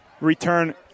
return